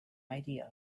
idea